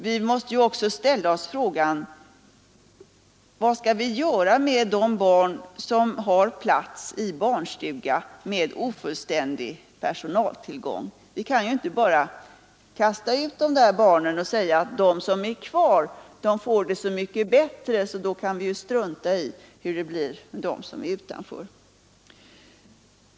Vi måste också ställa oss frågan: Vad skall vi göra med de barn som har plats i barnstuga med ofullständig personaltillgång? Vi kan ju inte bara kasta ut några av barnen och säga att de som är kvar får det så mycket bättre att vi kan strunta i hur det blir med dem som är utanför.